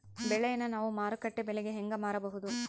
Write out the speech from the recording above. ಬೆಳೆಯನ್ನ ನಾವು ಮಾರುಕಟ್ಟೆ ಬೆಲೆಗೆ ಹೆಂಗೆ ಮಾರಬಹುದು?